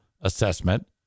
assessment